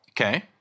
Okay